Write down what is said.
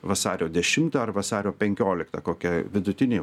vasario dešimtą ar vasario penkioliktą kokia vidutinė